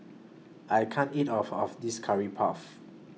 I can't eat All of This Curry Puff